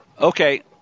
Okay